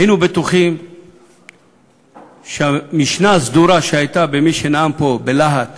היינו בטוחים מהמשנה הסדורה של מי שנאם פה בלהט